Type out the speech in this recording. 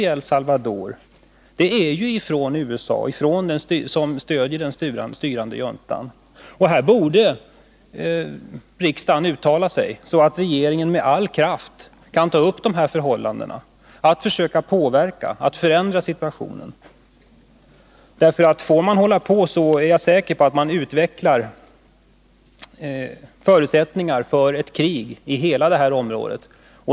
I El Salvador är det USA som svarar för den inblandningen och stöder den styrande juntan. Här borde riksdagen uttala sig, så att regeringen med all kraft kan ta upp förhållandena och försöka påverka och förändra situationen. Får de nuvarande förhållandena fortsätta, är jag säker på att man skapar förutsättningar för ett krig i hela detta område.